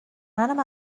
منم